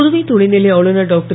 புதுவை துணைநிலை ஆளுநர் டாக்டர்